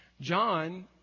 John